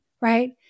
right